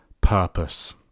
purpose